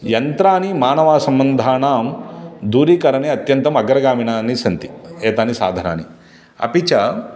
यन्त्राणि मानवसम्बन्धानां दूरीकरणे अत्यन्तम् अग्रगामिनानि सन्ति एतानि साधनानि अपि च